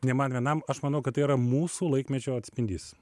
ne man vienam aš manau kad tai yra mūsų laikmečio atspindys